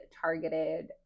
targeted